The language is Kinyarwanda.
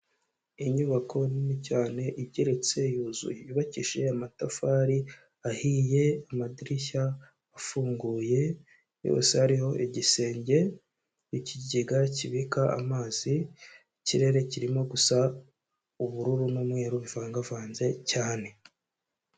Inyubako nini cyane igereretse yuzuye yubakishije amatafari ahiye amadirishya afunguye yose ariho igisenge ikigega kibika amazi ikirere kirimo gusa ubururu n'umweru bivangavanze cyane.